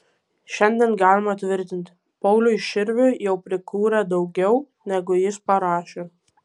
šiandien galima tvirtinti pauliui širviui jau prikūrė daugiau negu jis parašė